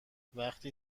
وقتی